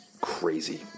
crazy